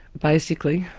basically,